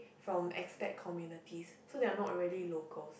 from expat communities so they are not really locals